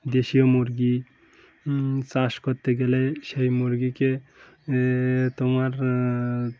দেশীয় মুরগি চাষ করতে গেলে সেই মুরগিকে তোমার